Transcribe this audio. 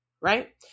right